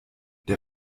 der